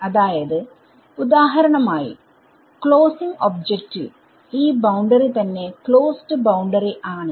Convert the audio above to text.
അതായത് ഉദാഹരണം ആയി ക്ലോസിങ് ഒബ്ജെക്റ്റിൽ ഈ ബൌണ്ടറി തന്നെ ക്ലോസ്ഡ് ബൌണ്ടറി ആണ്